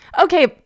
Okay